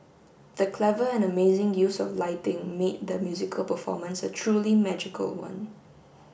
the clever and amazing use of lighting made the musical performance a truly magical one